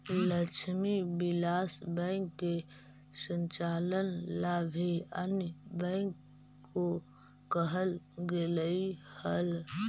Lakshmi Vilas bank के संचालन ला भी अन्य बैंक को कहल गेलइ हल